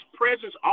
presence